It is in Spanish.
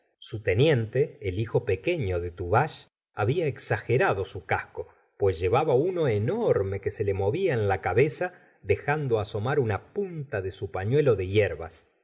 teniente el hijo pequeño de tuvache había exagerado su casco pues llevaba uno enorme que se le movía en la cabeza dejando asomar una punta de su pañuelo de hierbas